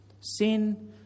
Sin